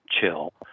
chill